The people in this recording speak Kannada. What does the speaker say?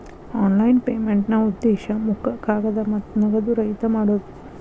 ಆನ್ಲೈನ್ ಪೇಮೆಂಟ್ನಾ ಉದ್ದೇಶ ಮುಖ ಕಾಗದ ಮತ್ತ ನಗದು ರಹಿತ ಮಾಡೋದ್